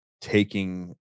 taking